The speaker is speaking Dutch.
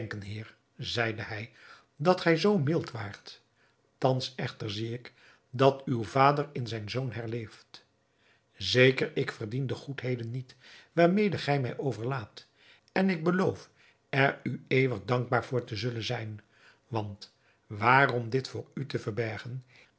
zeide hij dat gij zoo mild waart thans echter zie ik dat uw vader in zijn zoon herleeft zeker ik verdien de goedheden niet waarmede gij mij overlaadt en ik beloof er u eeuwig dankbaar voor te zullen zijn want waarom dit voor u te verbergen